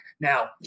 Now